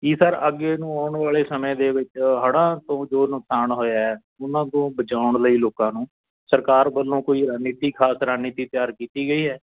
ਕੀ sir ਅੱਗੇ ਨੂੰ ਆਉਣ ਵਾਲੇ ਸਮੇਂ ਦੇ ਵਿੱਚ ਹੜ੍ਹਾਂ ਤੋਂ ਜੋ ਨੁਕਸਾਨ ਹੋਇਆ ਉਹਨਾਂ ਤੋਂ ਬਚਾਉਣ ਲਈ ਲੋਕਾਂ ਨੂੰ ਸਰਕਾਰ ਵੱਲੋਂ ਕੋਈ ਰਣਨੀਤੀ ਖਾਸ ਰਣਨੀਤੀ ਤਿਆਰ ਕੀਤੀ ਗਈ ਹੈ